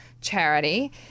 charity